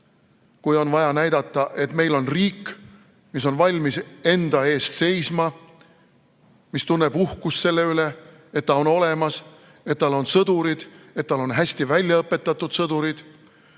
kui on vaja näidata, et meil on riik, mis on valmis enda eest seisma, mis tunneb uhkust selle üle, et ta on olemas, et tal on sõdurid, et tal on hästi väljaõpetatud sõdurid,